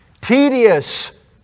tedious